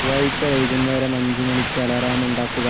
ചൊവ്വാഴ്ച വൈകുന്നേരം അഞ്ച് മണിക്ക് അലാറം ഉണ്ടാക്കുക